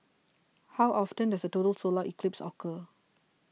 how often does a total solar eclipse occur